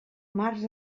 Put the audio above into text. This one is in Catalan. març